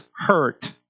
hurt